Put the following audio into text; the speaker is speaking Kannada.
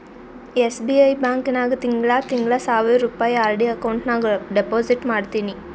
ಎಸ್.ಬಿ.ಐ ಬ್ಯಾಂಕ್ ನಾಗ್ ತಿಂಗಳಾ ತಿಂಗಳಾ ಸಾವಿರ್ ರುಪಾಯಿ ಆರ್.ಡಿ ಅಕೌಂಟ್ ನಾಗ್ ಡೆಪೋಸಿಟ್ ಮಾಡ್ತೀನಿ